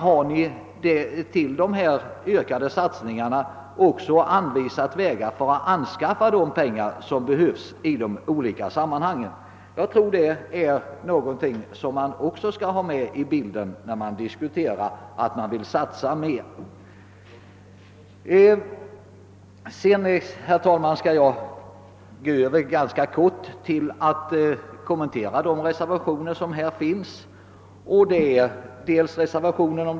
Jag vill då fråga herr Hovhammar: När har ni också anvisat vägar för att anskaffa de pengar som behövs för sådana satsningar? Jag skall, herr talman, övergå till att kortfattat kommentera reservationerna till föreliggande utlåtande.